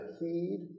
Heed